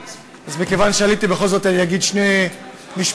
מכיוון שעליתי, בכל זאת אגיד שני משפטים.